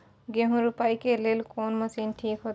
गेहूं रोपाई के लेल कोन मशीन ठीक होते?